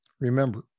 remember